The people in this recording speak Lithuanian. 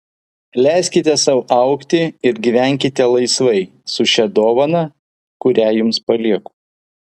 leiskite sau augti ir gyvenkite laisvai su šia dovana kurią jums palieku